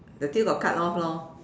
the tail got cut off lor